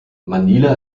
manila